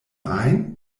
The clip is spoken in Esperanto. ajn